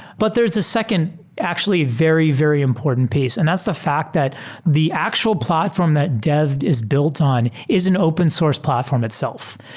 but there's a second, actually very, very important piece and that's the fact that the actual platform that dev is built on is an open source platform itself.